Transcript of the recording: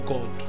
God